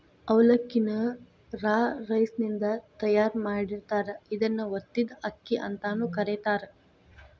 ಅವಲಕ್ಕಿ ನ ರಾ ರೈಸಿನಿಂದ ತಯಾರ್ ಮಾಡಿರ್ತಾರ, ಇದನ್ನ ಒತ್ತಿದ ಅಕ್ಕಿ ಅಂತಾನೂ ಕರೇತಾರ